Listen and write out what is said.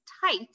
tight